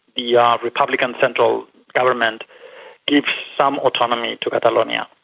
yeah republican central government gives some autonomy to catalonia.